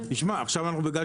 שמענו את לשכת